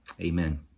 Amen